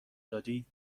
دادی